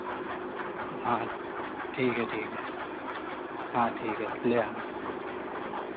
हाँ हाँ ठीक है ठीक है हाँ ठीक है ले आना